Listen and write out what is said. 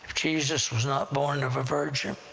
jesus was not born of a virgin,